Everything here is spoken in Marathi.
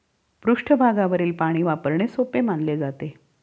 पृष्ठभागावरील पाणी वापरणे सोपे मानले जाते